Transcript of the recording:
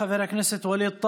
ודווקא בפגרה,